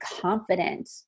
confident